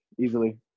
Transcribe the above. easily